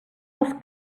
els